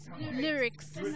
Lyrics